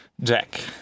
Jack